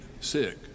sick